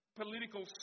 political